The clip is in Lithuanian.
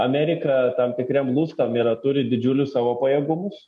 amerika tam tikriem lustam yra turi didžiulius savo pajėgumus